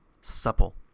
supple